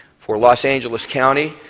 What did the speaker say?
for los angeles county,